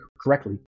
correctly